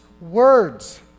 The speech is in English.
words